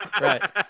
Right